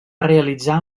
realitzar